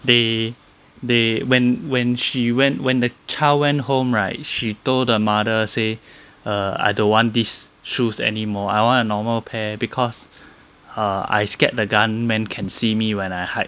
they they when when she went when the child went home right she told the mother say err I don't want these shoes anymore I want a normal pair because err I scared the gunmen can see me when I hide